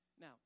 Now